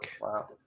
wow